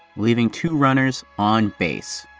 leaving two runners on base.